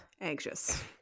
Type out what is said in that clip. anxious